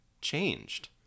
changed